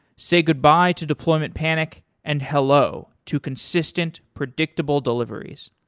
say goodbye to deployment panic and hello to consistent, predictable deliveries.